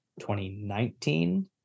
2019